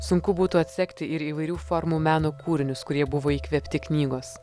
sunku būtų atsekti ir įvairių formų meno kūrinius kurie buvo įkvėpti knygos